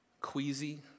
queasy